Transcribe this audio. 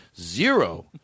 Zero